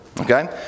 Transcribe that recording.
Okay